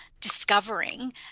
discovering